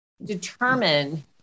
determine